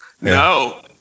No